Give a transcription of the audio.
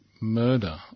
murder